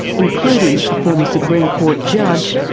including a former supreme court judge,